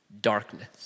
darkness